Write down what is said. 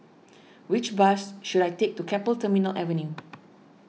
which bus should I take to Keppel Terminal Avenue